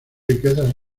riquezas